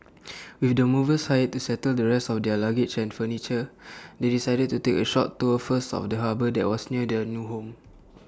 with the movers hired to settle the rest of their luggage and furniture they decided to take A short tour first of the harbour that was near their new home